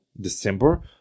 December